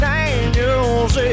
Daniels